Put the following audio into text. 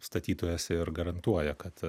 statytojas ir garantuoja kad